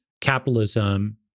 capitalism